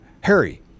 Harry